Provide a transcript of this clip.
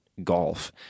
golf